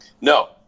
No